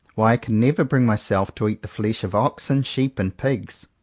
why i can never bring myself to eat the flesh of oxen, sheep, and pigs.